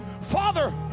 Father